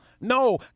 No